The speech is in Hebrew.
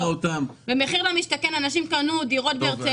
במחיר למשתכן אנשים קנו דירות בהרצליה.